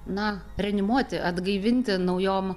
na reanimuoti atgaivinti naujom